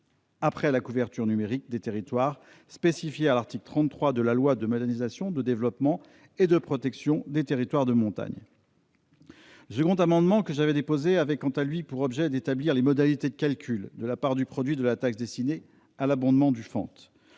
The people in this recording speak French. après la couverture numérique des territoires spécifiée à l'article 33 de la loi du 28 décembre 2016 de modernisation, de développement et de protection des territoires de montagne. Le second amendement que j'avais déposé avait pour objet d'établir les modalités de calcul de la part du produit de la taxe destinée à l'abondement du FANT.